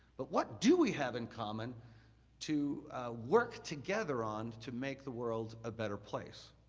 but what do we have in common to work together on to make the world a better place?